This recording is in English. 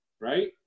right